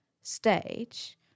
stage